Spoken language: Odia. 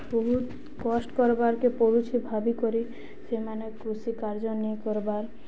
ବହୁତ୍ କଷ୍ଟ୍ କର୍ବାର୍କେ ପଡ଼ୁଛେ ଭାବିିକରି ସେମାନେ କୃଷି କାର୍ଯ୍ୟ ନେଇକର୍ବାର୍